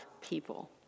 people